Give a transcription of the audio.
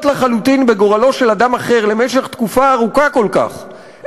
לחלוטין בגורלו של אדם אחר למשך תקופה ארוכה כל כך,